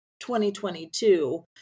2022